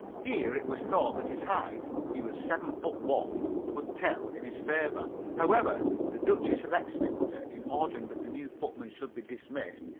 here it was thought that his height he was seven foot one would tell in his favour. however, the duchess of exminster, in ordering that the new footman should be dismissed,